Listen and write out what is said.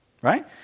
Right